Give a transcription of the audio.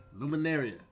Luminaria